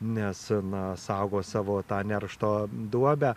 nes na saugo savo tą neršto duobę